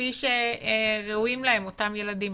כפי שראויים להם אותם ילדים.